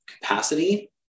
capacity